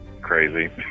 crazy